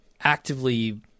actively